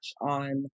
on